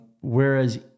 Whereas